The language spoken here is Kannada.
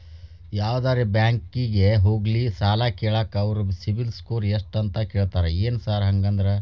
ಯಾವದರಾ ಬ್ಯಾಂಕಿಗೆ ಹೋಗ್ಲಿ ಸಾಲ ಕೇಳಾಕ ಅವ್ರ್ ಸಿಬಿಲ್ ಸ್ಕೋರ್ ಎಷ್ಟ ಅಂತಾ ಕೇಳ್ತಾರ ಏನ್ ಸಾರ್ ಹಂಗಂದ್ರ?